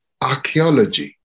archaeology